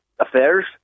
affairs